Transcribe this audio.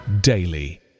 daily